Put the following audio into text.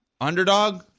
Underdog